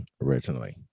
originally